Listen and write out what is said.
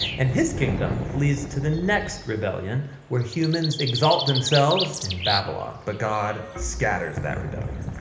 and his kingdom leads to the next rebellion where humans exalt themselves in babylon. but god scatters that rebellion.